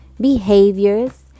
behaviors